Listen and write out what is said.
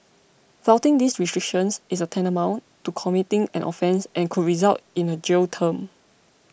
flouting these restrictions is tantamount to committing an offence and could result in the jail term